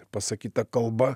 pasakyta kalba